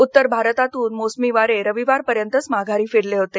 उत्तर भारतातून मोसमी वारे रविवारपर्यंतच माघारी फिरले होते